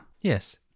Yes